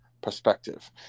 perspective